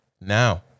Now